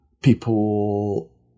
People